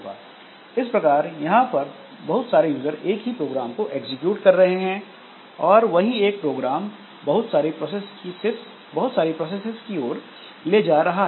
इस प्रकार यहां पर बहुत सारे यूजर एक ही प्रोग्राम को एग्जीक्यूट कर रहे हैं और वही एक प्रोग्राम बहुत सारी प्रोसेसेस की ओर ले जा रहा है